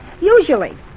usually